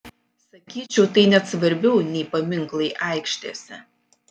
sakyčiau tai net svarbiau nei paminklai aikštėse